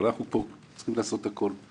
אבל אנחנו צריכים לעשות הכול.